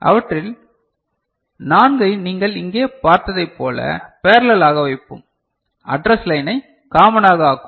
அவற்றில் 4 ஐ நீங்கள் இங்கே பார்த்ததைப் போல பேரள்ளல்லாக வைப்போம் அட்ரஸ் லைனை காமனாக ஆக்குவோம்